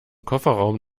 kofferraum